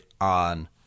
on